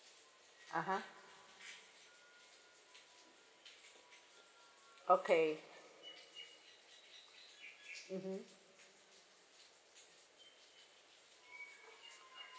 (uh huh) okay mmhmm